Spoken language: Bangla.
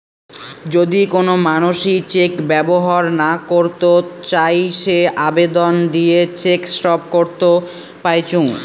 যদি কোন মানসি চেক ব্যবহর না করত চাই সে আবেদন দিয়ে চেক স্টপ করত পাইচুঙ